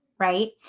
Right